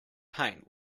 paint